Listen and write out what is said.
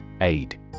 Aid